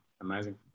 amazing